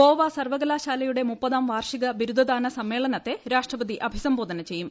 ഗോവ സർവ്വകലാശാലയുടെ മുപ്പതാം വാർഷിക ബിരുദദാന സമ്മേളനത്തെ രാഷ്ട്രപതി അഭിസംബോധന ചെയ്യും